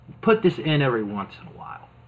put-this-in-every-once-in-a-while